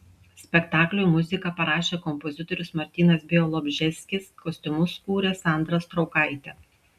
spektakliui muziką parašė kompozitorius martynas bialobžeskis kostiumus kūrė sandra straukaitė